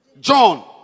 John